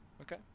Okay